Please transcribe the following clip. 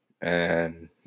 and-